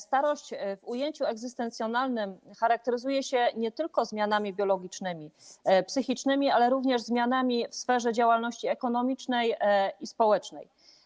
Starość w ujęciu egzystencjalnym charakteryzuje się nie tylko zmianami biologicznymi, psychicznymi, ale również zmianami w sferze działalności ekonomicznej i społecznej.